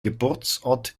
geburtsort